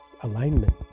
alignment